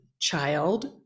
Child